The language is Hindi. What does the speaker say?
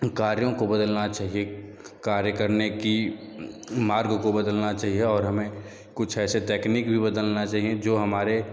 कार्यो को बदलना चाहिए कार्य करने की मार्ग को बदलना चाहिए और हमें कुछ ऐसे तकनीक भी बदलना चाहिए जो हमारे